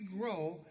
grow